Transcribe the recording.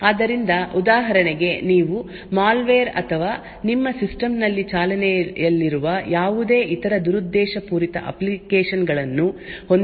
ಆದ್ದರಿಂದ ಉದಾಹರಣೆಗೆ ನೀವು ಮಾಲ್ವೇರ್ ಅಥವಾ ನಿಮ್ಮ ಸಿಸ್ಟಮ್ ನಲ್ಲಿ ಚಾಲನೆಯಲ್ಲಿರುವ ಯಾವುದೇ ಇತರ ದುರುದ್ದೇಶಪೂರಿತ ಅಪ್ಲಿಕೇಶನ್ ಗಳನ್ನು ಹೊಂದಿರಬಹುದು ಅದು ಸಂಪೂರ್ಣ ಸಿಸ್ಟಮ್ ಗೆ ರಾಜಿಯಾಗಿದೆ